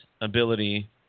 ability